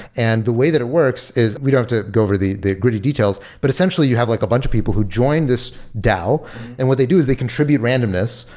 and the way that it works is we don't have to go over the the gritty details, but essentially you have like a bunch of people who join this dao and what they do is they contribute randomness.